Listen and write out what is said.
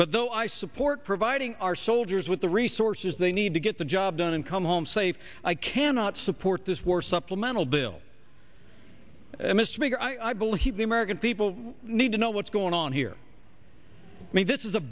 though i support providing our soldiers with the resources they need to get the job done and come home safe i cannot support this war supplemental bill and mr baker i believe the american people need to know what's going on here maybe this is